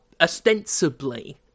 ostensibly